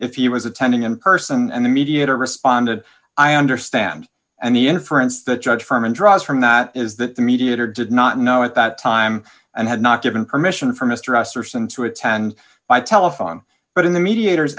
he was attending in person and the mediator responded i understand and the inference that judge firman draws from that is that the mediator did not know at that time and had not given permission for mr s or son to attend by telephone but in the mediator